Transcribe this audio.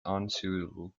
unsuitable